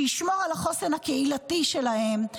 שישמור על החוסן הקהילתי שלהם.